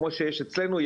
כמו שיש אצלנו,